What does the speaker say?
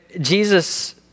Jesus